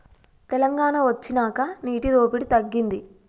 తెలంగాణ వొచ్చినాక నీటి దోపిడి తగ్గింది